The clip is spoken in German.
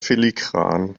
filigran